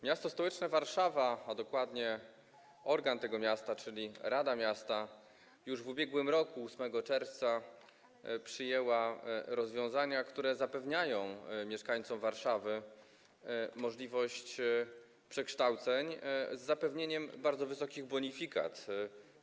Miasto stołeczne Warszawa, a dokładnie organ tego miasta, czyli rada miasta, już w ubiegłym roku 8 czerwca przyjęło rozwiązania, które zapewniają mieszkańcom Warszawy możliwość przekształceń z zapewnieniem bardzo wysokich bonifikat.